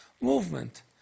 movement